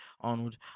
Arnold